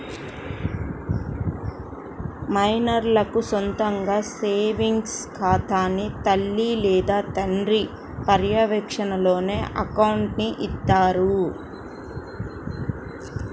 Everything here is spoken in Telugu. మైనర్లకు సొంతగా సేవింగ్స్ ఖాతాని తల్లి లేదా తండ్రి పర్యవేక్షణలోనే అకౌంట్ని ఇత్తారు